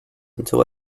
until